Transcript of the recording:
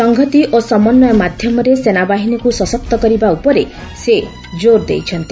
ସଂହତି ଓ ସମନ୍ୱୟ ମାଧ୍ୟମରେ ସେନାବାହିନକୁ ସଶକ୍ତ କରିବା ଉପରେ ସେ ଜୋର୍ ଦେଇଛନ୍ତି